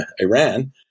Iran